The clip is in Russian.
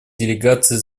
делегации